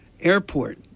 Airport